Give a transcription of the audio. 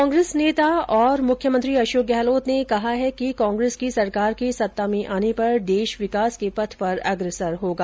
कांग्रेस नेता अशोक गहलोत ने कहा है कि कांग्रेस की सरकार के सत्ता में आने पर देश विकास के पथ पर अग्रसर होगा